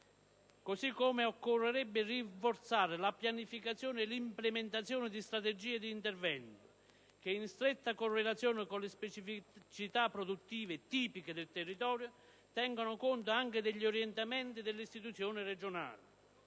Inoltre occorrerebbe: rinforzare la pianificazione e l'implementazione di strategie d'intervento che, in stretta correlazione con le specificità produttive tipiche del territorio, tengano conto anche degli orientamenti delle istituzioni regionali;